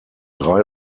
drei